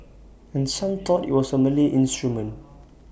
and some thought IT was A Malay instrument